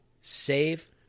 Save